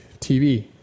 TV